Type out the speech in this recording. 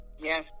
Yes